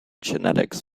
genetics